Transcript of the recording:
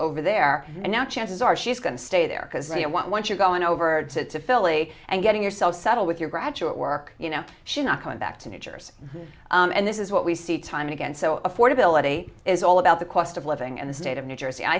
over there and now chances are she's going to stay there because they don't want you going over to philly and getting yourself settle with your graduate work you know she's not going back to new jersey and this is what we see time again so affordability is all about the cost of living in the state of new jersey i